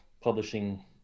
publishing